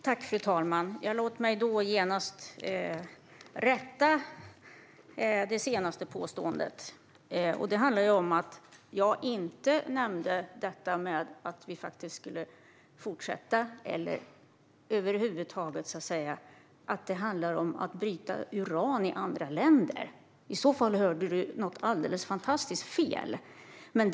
Fru talman! Låt mig då genast rätta mitt senaste påstående. Men det handlade över huvud taget inte om att bryta uran i andra länder. I så fall hörde du alldeles fel, Lorentz Tovatt.